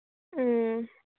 ꯎꯝ